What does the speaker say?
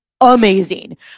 amazing